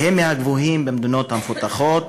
והם מהגבוהים במדינות המפותחות,